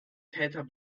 täter